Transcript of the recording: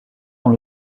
dans